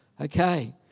Okay